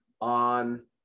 on